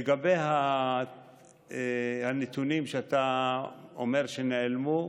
לגבי הנתונים שאתה אומר שנעלמו,